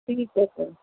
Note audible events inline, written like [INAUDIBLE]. [UNINTELLIGIBLE]